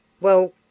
Well